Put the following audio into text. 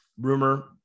rumor